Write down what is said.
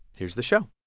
here's the show